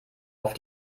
auf